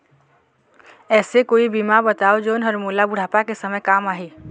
ऐसे कोई बीमा बताव जोन हर मोला बुढ़ापा के समय काम आही?